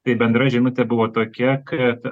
taip bendra žinutė buvo tokia kad